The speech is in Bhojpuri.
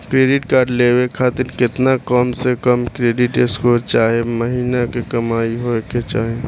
क्रेडिट कार्ड लेवे खातिर केतना कम से कम क्रेडिट स्कोर चाहे महीना के कमाई होए के चाही?